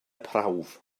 prawf